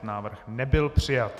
Návrh nebyl přijat.